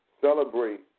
celebrate